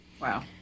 Wow